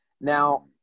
Now